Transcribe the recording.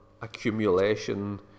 accumulation